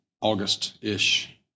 August-ish